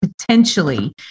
potentially